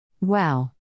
Wow